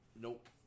Nope